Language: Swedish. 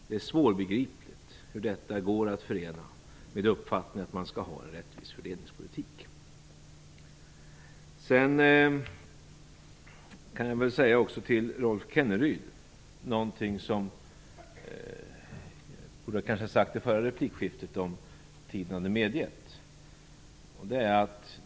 Det är svårbegripligt hur detta går att förena med uppfattningen att man skall ha en rättvis fördelningspolitik. Sedan några ord till Rolf Kenneryd som jag borde ha sagt i det förra replikskiftet om tiden hade medgett det.